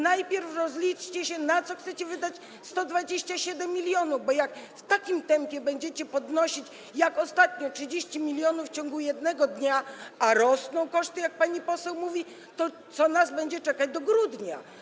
Najpierw rozliczcie się, na co chcecie wydać 127 mln, bo jak w takim tempie będziecie to podnosić, jak ostatnio, 30 mln w ciągu jednego dnia, a koszty rosną, jak mówi pani poseł, to co nas będzie czekać do grudnia?